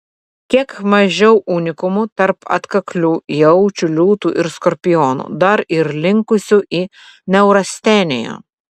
kiek mažiau unikumų tarp atkaklių jaučių liūtų ir skorpionų dar ir linkusių į neurasteniją